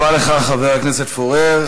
תודה רבה לך, חבר הכנסת פורר.